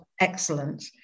excellent